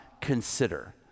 consider